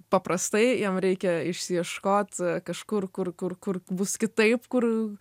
paprastai jam reikia išsiieškot kažkur kur kur kur bus kitaip kur